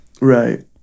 right